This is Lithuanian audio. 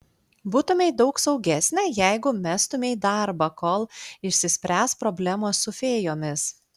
būtumei daug saugesnė jeigu mestumei darbą kol išsispręs problemos su fėjomis